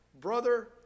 brother